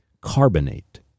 carbonate